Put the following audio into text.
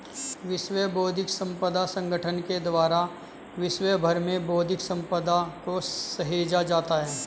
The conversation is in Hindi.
विश्व बौद्धिक संपदा संगठन के द्वारा विश्व भर में बौद्धिक सम्पदा को सहेजा जाता है